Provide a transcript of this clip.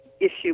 issue